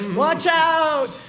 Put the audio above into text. watch out!